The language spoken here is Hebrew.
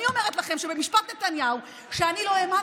אני אומרת לכם שבמשפט נתניהו, שאני לא האמנתי,